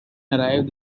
arrive